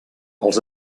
els